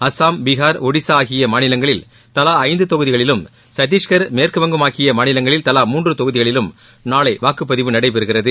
அஸ்ஸாம் பீகார் ஷடிஸாஆகிபமாநிலங்களில் தவாஐந்ததொகுதிகளிலும் சத்திஷ்கா் மேற்குவங்கம் ஆகியமாநிலங்களில் தலா மூன்றுதொகுதிகளிலும் நாளைவாக்குப்பதிவு நடைபெறுகிறது